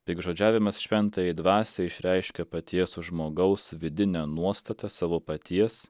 piktžodžiavimas šventajai dvasiai išreiškia paties žmogaus vidinę nuostatą savo paties